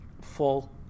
full